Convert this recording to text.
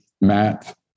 Matt